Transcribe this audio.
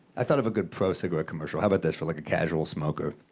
i thought of a good pro-cigarette commercial. how about this for like a casual smoker?